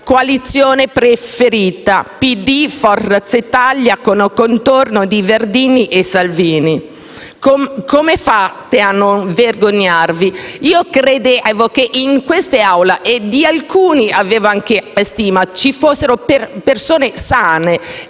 coalizione preferita: PD-Forza Italia con contorno di Verdini e Salvini. Come fate a non vergognarvi? Io credevo che in quest'Assemblea - di alcuni avevo anche stima - ci fossero persone sane, e